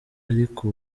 ariko